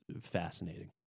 fascinating